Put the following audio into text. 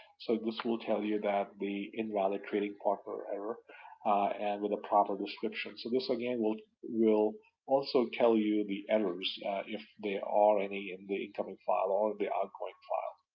so this will tell you that the invalid trading partner error and with a proper description. so this again will will also tell you the errors if there are any in the incoming file or the outgoing file.